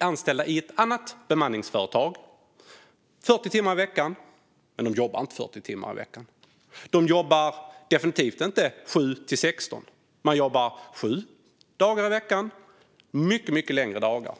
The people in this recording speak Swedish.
anställda i ett annat bemanningsföretag. Det ska vara fråga om 40 timmar i veckan, men de jobbar inte 40 timmar i veckan. De jobbar definitivt inte 7-16, utan de jobbar sju dagar i veckan och mycket längre dagar.